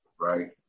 right